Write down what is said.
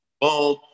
boom